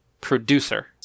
Producer